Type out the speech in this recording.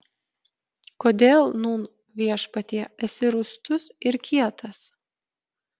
kodėl nūn viešpatie esi rūstus ir kietas